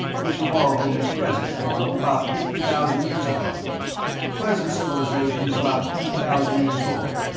which evolved in its present form about fifty thousand years ago the present civilization is about ten thousand years old,